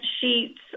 sheets